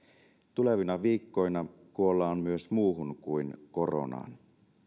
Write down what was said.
tulevina viikkoina kuollaan myös muuhun kuin koronaan